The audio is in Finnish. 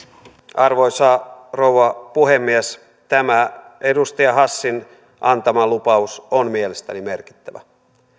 arvoisa rouva puhemies tämä edustaja hassin antama lupaus on mielestäni merkittävä